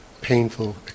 painful